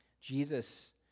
Jesus